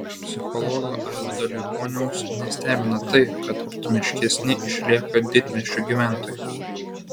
psichologo arvydo liepuoniaus nestebina tai kad optimistiškesni išlieka didmiesčių gyventojai